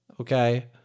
Okay